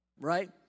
right